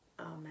Amen